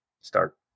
start